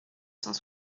cent